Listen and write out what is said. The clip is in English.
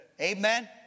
Amen